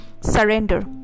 surrender